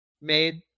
made